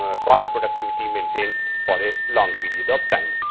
ah soil productivity maintained for a long period of time.